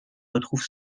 retrouve